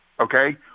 okay